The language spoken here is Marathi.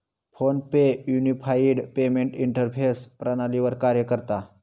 फोन पे युनिफाइड पेमेंट इंटरफेस प्रणालीवर कार्य करता